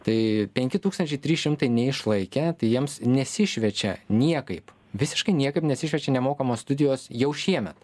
tai penki tūkstančiai trys šimtai neišlaikę tai jiems nesišviečia niekaip visiškai niekaip nesišviečia nemokamos studijos jau šiemet